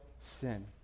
sin